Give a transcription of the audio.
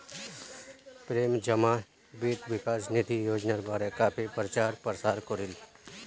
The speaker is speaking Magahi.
प्रेम जमा वित्त विकास निधि योजनार बारे काफी प्रचार प्रसार करील